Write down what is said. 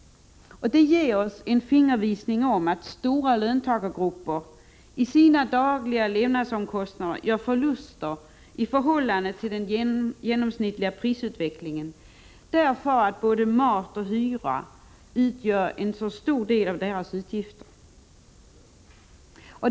Detta ger oss en fingervisning om att stora löntagargrupper i sina dagliga levnadsomkostnader gör förluster i förhållande till den genomsnittliga prisutvecklingen därför att både mat och hyra utgör en så stor del av deras utgifter.